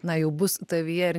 na jau bus tavyje ir